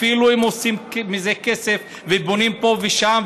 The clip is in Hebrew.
אפילו אם עושים מזה כסף ובונים פה ושם,